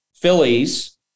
Phillies